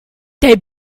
they